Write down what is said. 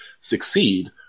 succeed